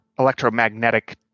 Electromagnetic